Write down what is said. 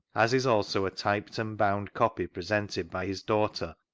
as is also a typed and bound copy presented by his daughter.